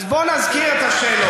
אז בוא נזכיר את השאלות.